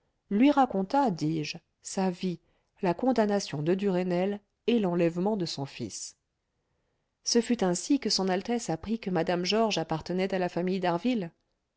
lui raconta dis-je sa vie la condamnation de duresnel et l'enlèvement de son fils ce fut ainsi que son altesse apprit que mme georges appartenait à la famille